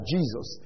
Jesus